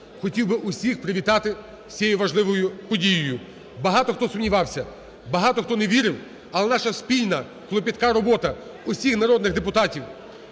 хотів би всіх привітати з цією важливою подією! Багато хто сумнівався. Багато хто не вірив. Але наша спільна клопітка робота, усіх народних депутатів,